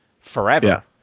forever